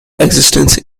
existence